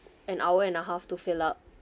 an hour and a half to fill up